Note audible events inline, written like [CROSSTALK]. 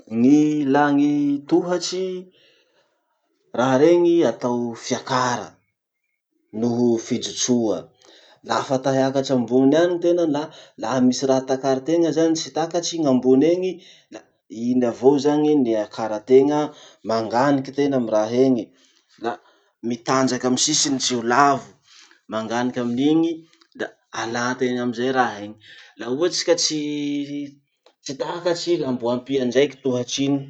Gny ilà gny tohatsy, raha reny atao fiakara noho fijotsoa. Laha fa ta hiakatsy ambony any tena na laha misy raha takaritena zany tsy takatry gn'ambony eny la iny avao zany gn'iakarategna, manganiky tena amy raha iny. La mitanjaky amy sisiny tsy ho lavo. Manganiky amin'igny da alà tegna amizay raha iny. Laha ohatsy ka tsy- [HESITATION] tsy takatry la mbo ampia andraiky tohatsy iny.